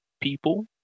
people